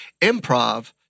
Improv